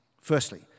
Firstly